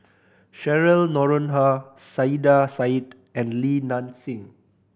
Cheryl Noronha Saiedah Said and Li Nanxing